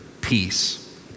peace